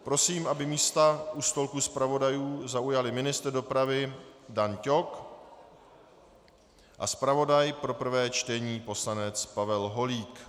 Prosím, aby místa u stolku zpravodajů zaujali ministr dopravy Dan Ťok a zpravodaj pro prvé čtení poslanec Pavel Holík.